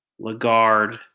Lagarde